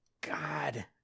God